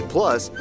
Plus